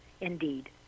indeed